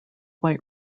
white